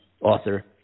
author